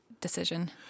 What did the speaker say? decision